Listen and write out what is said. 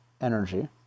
energy